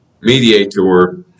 mediator